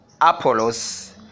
Apollos